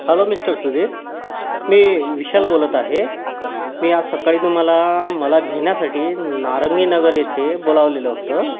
hello mister Sudhir मी विशाल बोलत आहे मी आज सकाळी तुम्हाला मला घेण्यासाठी नारंगीनगर येथे बोलावलेलं होतं